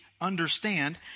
understand